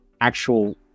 actual